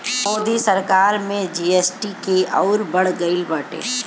मोदी सरकार में जी.एस.टी के अउरी बढ़ गईल बाटे